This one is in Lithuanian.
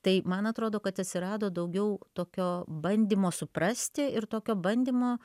tai man atrodo kad atsirado daugiau tokio bandymo suprasti ir tokio bandymo